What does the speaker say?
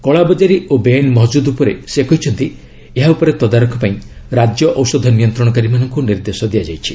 କଳାବଜାରି ଓ ବେଆଇନ୍ ମହଜୁଦ ଉପରେ ସେ କହିଛନ୍ତି ଏହା ଉପରେ ତଦାରଖ ପାଇଁ ରାଜ୍ୟ ଔଷଧ ନିୟନ୍ତ୍ରଣକାରୀମାନଙ୍କୁ ନିର୍ଦ୍ଦେଶ ଦିଆଯାଇଛି